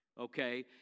Okay